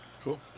Cool